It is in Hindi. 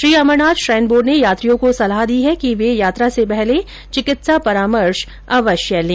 श्री अमरनाथ श्राइन बोर्ड ने यात्रियों को सलाह दी है कि र्व यात्रा से पहले चिकित्सा परामर्श अवश्य लें